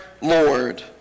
Lord